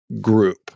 group